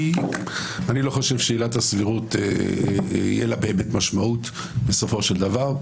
כי אני לא חושב שלעילת הסבירות תהיה משמעות בסופו של דבר.